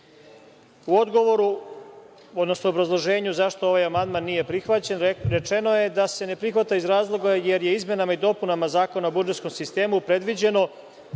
odgovoru, odnosno u obrazloženju zašto ovaj amandman nije prihvaćen, rečeno je da se ne prihvata iz razloga jer je izmenama i dopunama Zakona o budžetskom sistemu predviđeno